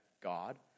God